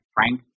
Frank